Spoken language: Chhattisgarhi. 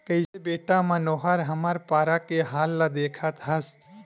कइसे बेटा मनोहर हमर पारा के हाल ल देखत हस